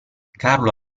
carlo